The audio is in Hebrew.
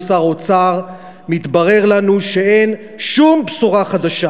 שר האוצר מתברר לנו שאין שום בשורה חדשה.